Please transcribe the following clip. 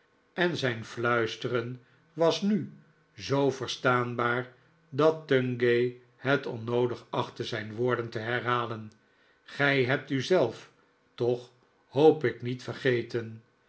en zijn fluisteren was nu zoo verstaanbaar dat tungay het onnoodig achtte zijn woorden te herhalen gij hebt u zelf toch hoop ik niet vergeten